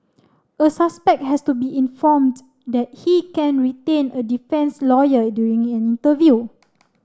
a suspect has to be informed that he can retain a defence lawyer during an interview